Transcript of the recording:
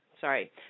Sorry